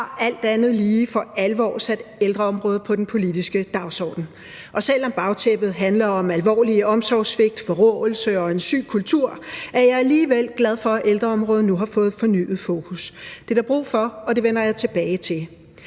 har alt andet lige for alvor sat ældreområdet på den politiske dagsorden. Selv om bagtæppet handler om alvorlige omsorgssvigt, forråelse og en syg kultur, er jeg alligevel glad for, at ældreområdet nu har fået fornyet fokus. Det er der brug for, og det vender jeg tilbage til.